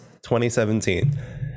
2017